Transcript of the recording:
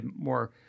more